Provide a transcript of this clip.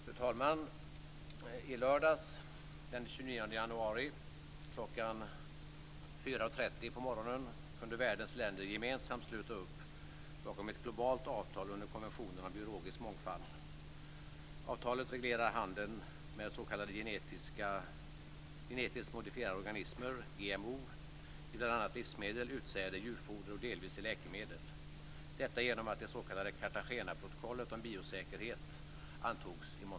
Fru talman! I lördags - den 29 januari, klockan 4.30 på morgonen - kunde världens länder gemensamt sluta upp bakom ett globalt avtal under konventionen om biologisk mångfald. Avtalet reglerar handeln med s.k. genetiskt modifierade organismer, GMO, bl.a. i livsmedel, i utsäde, i djurfoder och delvis i läkemedel. Detta kunde ske i och med att det s.k.